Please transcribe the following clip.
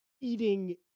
eating